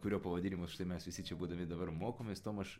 kurio pavadinimus štai mes visi čia būdami dabar mokomės tomaš